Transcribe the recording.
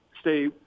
stay